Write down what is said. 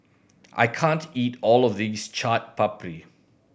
I can't eat all of this Chaat Papri